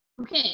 Okay